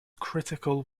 critical